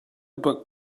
book